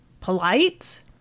polite